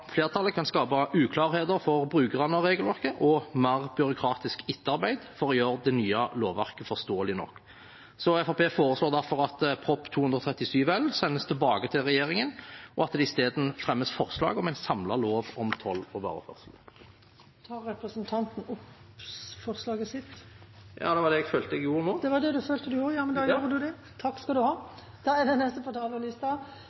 flertallet kan skape uklarheter for brukerne av regelverket og mer byråkratisk etterarbeid for å gjøre det nye lovverket forståelig nok. Fremskrittspartiet foreslår derfor at Prop. 237 L for 2020–2021 sendes tilbake til regjeringen, og at det isteden fremmes forslag om en samlet lov om toll og vareførsel. Da har representanten Roy Steffensen tatt opp de forslagene han refererte til. Klimaendringar og menneskeleg aktivitet truar artsmangfaldet, og det